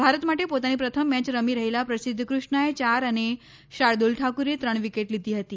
ભારત માટે પોતાની પ્રથમ મેચ રમી રહેલા પ્રસિદ્ધ કૃષ્ણાએ ચાર અને શાર્દલ ઠાકુરે ત્રણ વિકેટ લીધી હતી